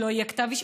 שלא יהיה כתב אישום,